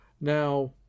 Now